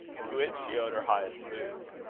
to it she owed her highest moods.